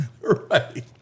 Right